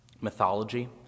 mythology